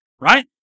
right